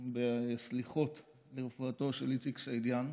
בסליחות לרפואתו של איציק סעידיאן.